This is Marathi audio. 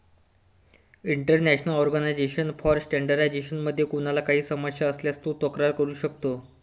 इंटरनॅशनल ऑर्गनायझेशन फॉर स्टँडर्डायझेशन मध्ये कोणाला काही समस्या असल्यास तो तक्रार करू शकतो